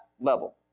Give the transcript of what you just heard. level